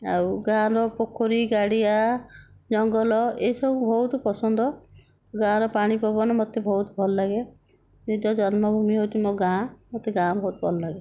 ଆଉ ଗାଁର ପୋଖରୀ ଗାଡ଼ିଆ ଜଙ୍ଗଲ ଏହିସବୁ ବହୁତ ପସନ୍ଦ ଗାଁର ପାଣି ପବନ ମୋତେ ବହୁତ ଭଲ ଲାଗେ ନିଜ ଜନ୍ମଭୂମି ହେଉଛି ମୋ ଗାଁ ମୋତେ ଗାଁ ବହୁତ ଭଲ ଲାଗେ